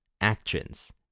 actions